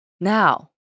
Now